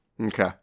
Okay